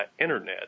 internet